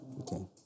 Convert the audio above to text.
Okay